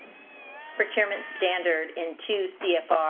procurement standard in two cfr,